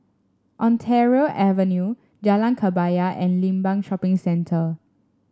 Ontario Avenue Jalan Kebaya and Limbang Shopping Centre